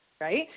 right